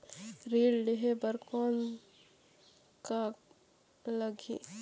ऋण लेहे बर कौन का लगही?